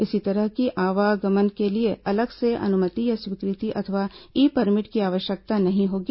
इस तरह की आवागमन के लिए अलग से अनुमति या स्वीकृति अथवा ई परमिट की आवश्यकता नहीं होगी